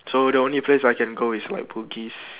so the only place I can go is like bugis